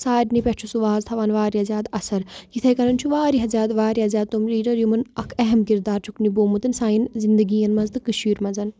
سارنی پٮ۪ٹھ چھُ سُہ واز تھَوان واریاہ زیادٕ اَثر یِتھَے کَنَن چھُ واریاہ زیادٕ واریاہ زیادٕ تِم لیٖڈَر یِمَن اَکھ اہم کِردار چھُکھ نِبومُت سانہِ زندگی یَن منٛز تہٕ کٔشیٖرِ منٛز